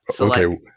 okay